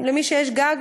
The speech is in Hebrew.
מי שיש לו גג,